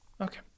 Okay